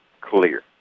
clear